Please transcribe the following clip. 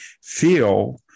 feel